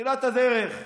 בתחילת הדרך,